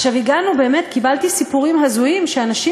קיבלתי סיפורים הזויים שאנשים,